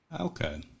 Okay